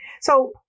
So-